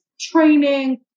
training